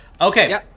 Okay